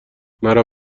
مرا